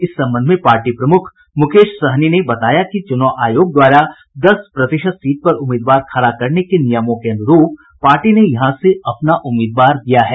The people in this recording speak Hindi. इस संबंध में पार्टी प्रमुख मुकेश सहनी ने कहा कि चुनाव आयोग द्वारा दस प्रतिशत सीट पर उम्मीदवार खड़ा करने के नियमों के अनुरूप पार्टी ने यहां से अपना उम्मीदवार दिया है